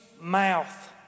mouth